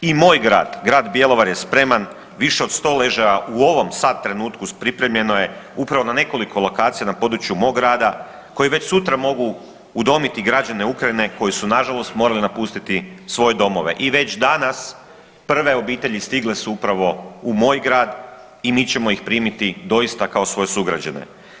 I moj grad, Grad Bjelovar je spreman više od 100 ležaja u ovom sad trenutku pripremljeno upravo na nekoliko lokacija na području mog grada koji već sutra mogu udomiti građane Ukrajine koji su nažalost morali napustiti svoje domove i već danas prve obitelji stigle su upravo u moj grad i mi ćemo ih primiti doista kao svoje sugrađane.